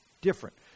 Different